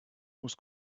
was